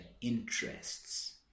interests